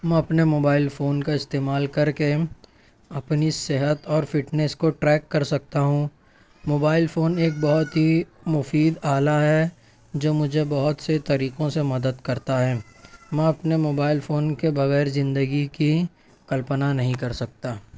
میں اپنے mobile phone کا استعمال کر کے اپنی صحت اور فٹنیس کو ٹریک کر سکتا ہوں موبائل فون ایک بہت ہی مفید آلہ ہے جو مجھے بہت سے طریقوں سے مدد کرتا ہے میں اپنے موبائل فون کے بغیر زندگی کی کلپنا نہیں کر سکتا